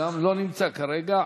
לא נמצא כרגע.